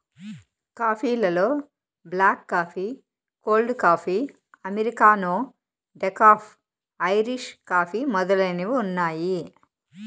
coffee లలో black coffee, cold coffee, americano, decaf, Irish coffee మొదలైనవి ఉన్నాయి